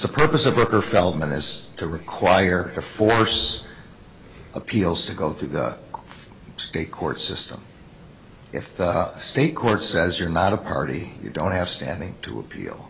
the purpose of booker feldman is to require a force appeals to go through the state court system if the state court says you're not a party you don't have standing to appeal